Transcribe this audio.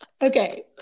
Okay